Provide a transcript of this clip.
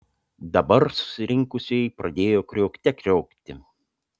dabar susirinkusieji pradėjo kriokte kriokti